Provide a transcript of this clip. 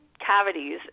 cavities